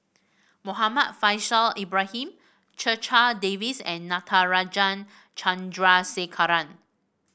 Muhammad Faishal Ibrahim Checha Davies and Natarajan Chandrasekaran